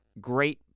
great